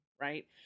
right